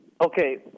Okay